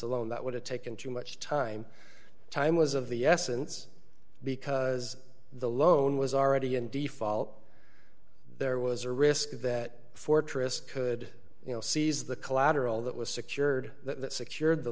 a loan that would have taken too much time time was of the essence because the loan was already in default there was a risk that fortress could you know seize the collateral that was secured that secured the